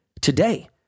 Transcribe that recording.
today